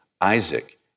Isaac